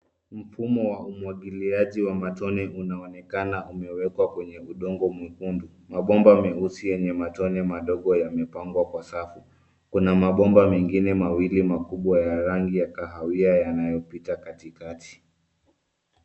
Mfumo wa umwagiliaji wa matone unaonekana umewekwa kwenye udongo mwekundu .Mabomba meusi yenye matone madogo yamepangwa kwa safu. Kuna mabomba mengine mawili makubwa ya rangi ya kahawia yanayopita katikati.